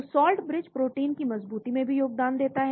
तो salt bridge protein की मज़बूती में भी योगदान देता है